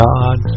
God